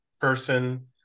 person